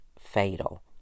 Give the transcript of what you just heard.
fatal